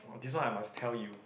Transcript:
this one I must tell you